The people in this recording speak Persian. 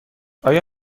آیا